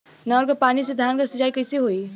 नहर क पानी से धान क सिंचाई कईसे होई?